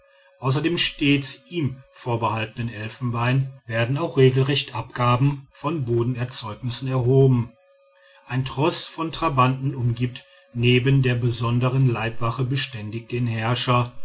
dem stets ihm vorbehaltenen elfenbein werden auch regelrecht abgaben von bodenerzeugnissen erhoben ein troß von trabanten umgibt neben der besondern leibwache beständig den herrscher